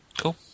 Cool